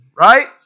right